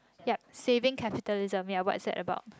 yup Saving Capitalism ya what I'm said about